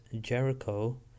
Jericho